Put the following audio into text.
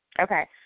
Okay